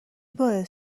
باعث